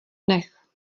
nech